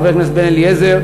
חבר הכנסת בן-אליעזר,